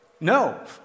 No